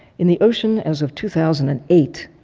in the ocean as of two thousand and eight